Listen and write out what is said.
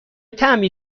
طعمی